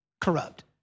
corrupt